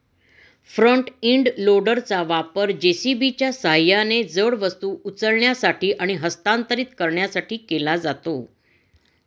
front end लोडरचा वापर जे.सी.बीच्या सहाय्याने जड वस्तू उचलण्यासाठी आणि हस्तांतरित करण्यासाठी केला जातो